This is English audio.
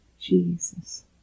Jesus